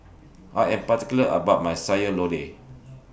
I Am particular about My Sayur Lodeh